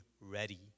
ready